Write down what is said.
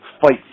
fight